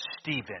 Stephen